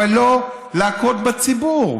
אבל לא להכות בציבור.